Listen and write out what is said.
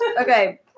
Okay